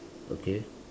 okay